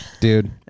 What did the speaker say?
Dude